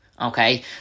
okay